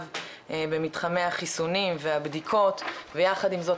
במתחמי החיסונים והבדיקות ויחד עם זאת,